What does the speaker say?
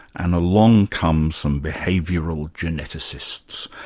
and along comes some behavioural geneticists.